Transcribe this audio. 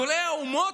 גדולי האומות,